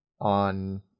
on